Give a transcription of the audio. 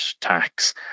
tax